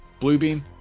Bluebeam